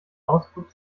ausflug